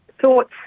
thoughts